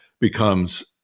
becomes